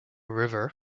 river